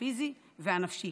הפיזי והנפשי